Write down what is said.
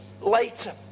later